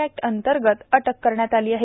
act अंतर्गत अटक करण्यात आलेली आहे